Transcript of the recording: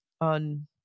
on